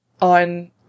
on